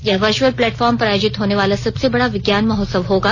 यह virtual platform पर आयोजित होने वाला सबसे बड़ा विज्ञान महोत्सव होगा